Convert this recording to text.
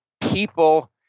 people